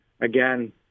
again